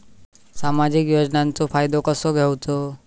सामाजिक योजनांचो फायदो कसो घेवचो?